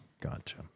gotcha